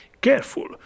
careful